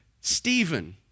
Stephen